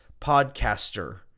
podcaster